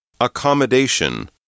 Accommodation